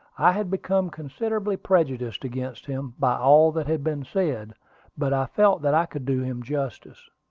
i had become considerably prejudiced against him by all that had been said but i felt that i could do him justice.